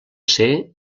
ser